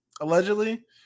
Allegedly